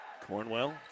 Cornwell